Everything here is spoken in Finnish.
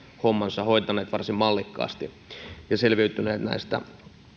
hommansa hoitaneet varsin mallikkaasti ja selviytyneet näistä